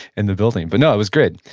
in the building. and but no, it was good.